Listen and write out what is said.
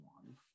one